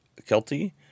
Kelty